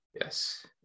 yes